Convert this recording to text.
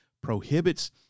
prohibits